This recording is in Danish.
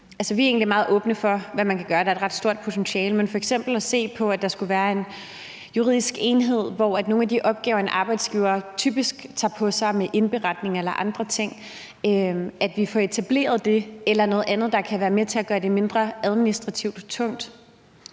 meget åbne over for, hvad man kan gøre. Der er et ret stort potentiale, men man kunne f.eks. se på, om der skulle være en juridisk enhed for nogle af de opgaver, en arbejdsgiver typisk tager på sig, med indberetning eller andre ting, altså at vi får etableret det eller noget andet, der kan være med til at gøre det mindre administrativt tungt.